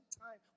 time